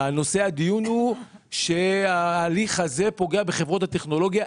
בנושא הדיון נאמר שההליך הזה פוגע בחברות הטכנולוגיה.